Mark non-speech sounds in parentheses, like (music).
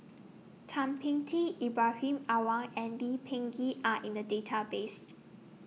Thum Ping Tin Ibrahim Awang and Lee Peh Gee Are in The Database (unintelligible)